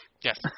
Yes